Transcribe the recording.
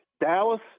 Dallas